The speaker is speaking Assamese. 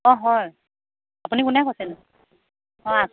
অঁ হয় আপুনি কোনে কৈছেনো অঁ